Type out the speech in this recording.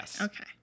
okay